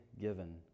given